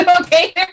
okay